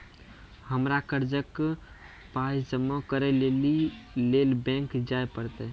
हमरा कर्जक पाय जमा करै लेली लेल बैंक जाए परतै?